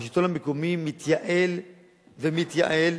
השלטון המקומי מתייעל ומתייעל,